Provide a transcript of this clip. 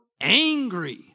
angry